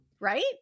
Right